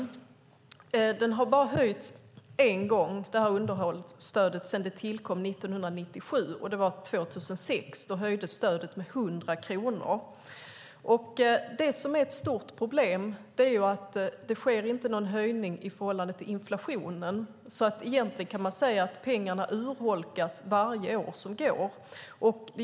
Underhållsstödet har bara höjts en gång sedan det tillkom 1997, och det var 2006. Då höjdes stödet med 100 kronor. Det som är ett stort problem är att det inte sker någon höjning i förhållande till inflationen, så egentligen kan säga man att pengarnas värde urholkas för varje år som går.